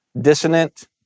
dissonant